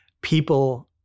people